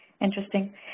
Interesting